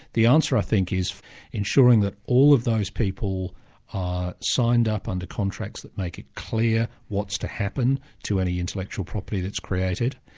the answer i think is ensuring that all of those people are signed up under contracts that make it clear what's to happen to any intellectual property that's created,